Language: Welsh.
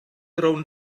rownd